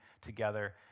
together